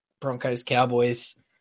Broncos-Cowboys